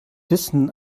wissen